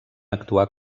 actuar